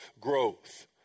growth